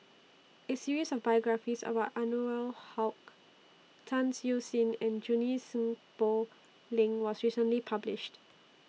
A series of biographies about Anwarul Haque Tan Siew Sin and Junie Sng Poh Leng was recently published